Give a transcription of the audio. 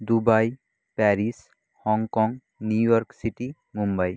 Dubai Paris Hong Kong New York city Mumbai